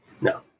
No